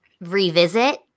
revisit